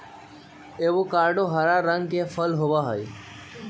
avocado हरा रंग के फल होबा हई